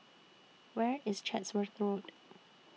Where IS Chatsworth Road